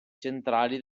centrali